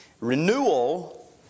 Renewal